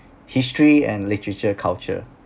history and literature culture